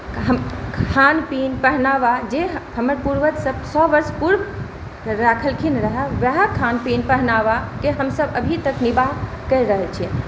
खान पीएन पहिरावा जे हमर पुर्वज सभ सए वर्ष पूर्व राखलखिन रहै वएह खान पीएन पहनावाके हमसभ अभी तक निर्वाह कए रहल छियै